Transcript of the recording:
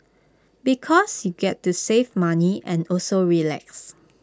because you get to save money and also relax